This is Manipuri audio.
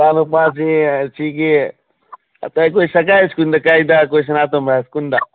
ꯏꯆꯥ ꯅꯨꯄꯥꯁꯤ ꯁꯤꯒꯤ ꯑꯩꯈꯣꯏ ꯁꯔꯀꯥꯔ ꯁ꯭ꯀꯨꯜꯗ ꯀꯥꯏꯗ ꯑꯩꯈꯣꯏ ꯁꯥꯅꯥꯇꯣꯝꯕ ꯍꯥꯏ ꯁ꯭ꯀꯨꯜꯗ